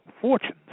fortunes